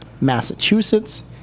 Massachusetts